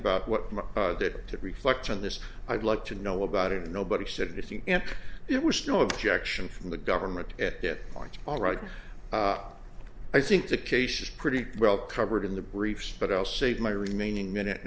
about what that reflects on this i'd like to know about it and nobody said if you there was no objection from the government at that point all right i think the case is pretty well covered in the briefs but i'll save my remaining minute